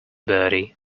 bertie